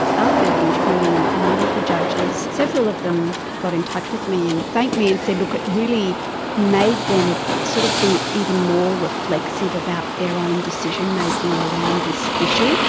after interviewing a number of the judges, several of them got in touch with me and thanked me and said, look, it really made them sort of be even more reflexive about their own decision-making around this issue.